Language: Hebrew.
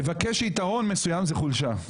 לבקש יתרון מסוים זו חולשה.